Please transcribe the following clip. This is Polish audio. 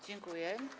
Dziękuję.